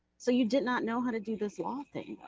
so you did not know how to do this law thing,